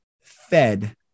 fed